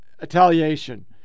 retaliation